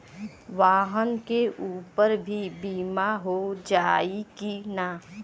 वाहन के ऊपर भी बीमा हो जाई की ना?